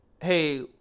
hey